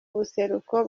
ubuseruko